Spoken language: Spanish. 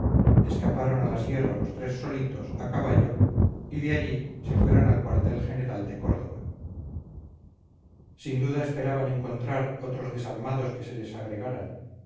escaparon a la sierra los tres solitos a caballo y de allí se fueron al cuartel general de córdova sin duda esperaban encontrar otros desalmados que se les agregaran